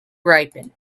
ripened